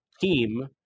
team